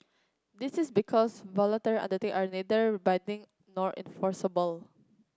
this is because undertake are neither binding nor enforceable